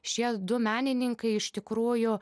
šie du menininkai iš tikrųjų